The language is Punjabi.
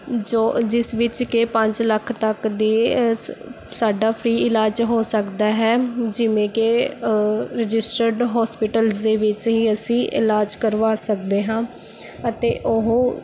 ਜੋ ਜਿਸ ਵਿੱਚ ਕਿ ਪੰਜ ਲੱਖ ਤੱਕ ਦੇ ਸ ਸਾਡਾ ਫਰੀ ਇਲਾਜ ਹੋ ਸਕਦਾ ਹੈ ਜਿਵੇਂ ਕਿ ਰਜਿਸਟਰਡ ਹੋਸਪਿਟਲਜ਼ ਦੇ ਵਿੱਚ ਹੀ ਅਸੀਂ ਇਲਾਜ ਕਰਵਾ ਸਕਦੇ ਹਾਂ ਅਤੇ ਉਹ